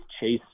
Chase